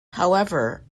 however